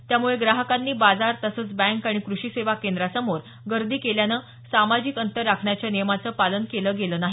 त्यामुळे ग्राहकांनी बाजार तसंच बँक आणि क्रषीसेवा केंद्रांसमोर गर्दी केल्यानं सामाजिक अंतर राखण्याच्या नियमांचं पालन केलं गेलं नाही